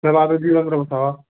مےٚ باسن بِہِو رۅبَس حوال